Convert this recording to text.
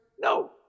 no